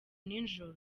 nijoro